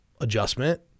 adjustment